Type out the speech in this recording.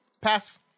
pass